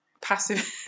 passive